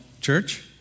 Church